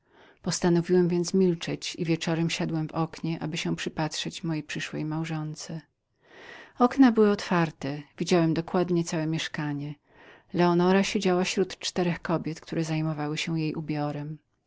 umyśliłem więc milczeć i wieczorem siadłem w oknie aby się przypatrzyć mojej przyszłej małżonce okna były otwarte widziałem dokładnie całe mieszkanie leonora siedziała śród czterech kobiet które zajmowały się jej